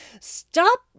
stop